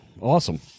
Awesome